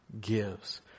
gives